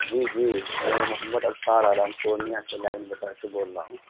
جی جی میں محمد ابصار عالم پورنیہ سے لائن بازار سے بول رہا ہوں